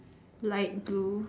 light blue